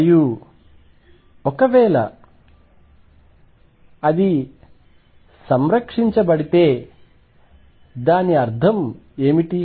మరియు ఒకవేళ అది సంరక్షించబడితే దాని అర్థం ఏమిటి